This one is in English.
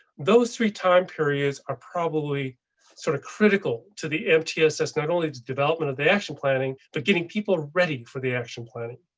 those three time periods are probably sort of critical to the mtss, not only the development of the action planning, but getting people ready for the action planning.